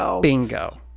Bingo